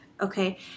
okay